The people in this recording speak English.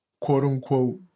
quote-unquote